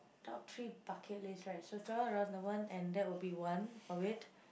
top three bucket list right so travel around the world and that will be one of it